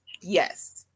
Yes